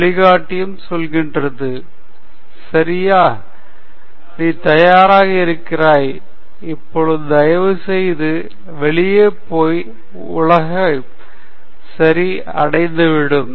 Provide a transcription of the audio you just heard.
வழிகாட்டியும் சொல்கிறது சரியா நீ தயாராக இருக்கிறாய் இப்போது தயவு செய்து வெளியே போய் உலக சரி அடைந்துவிடு